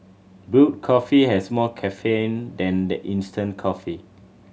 brewed coffee has more caffeine than the instant coffee